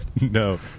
No